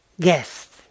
guest